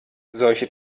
solche